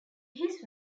his